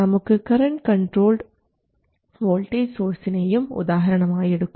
നമുക്ക് current controlled voltage സോഴ്സിനെയും ഉദാഹരണമായി എടുക്കാം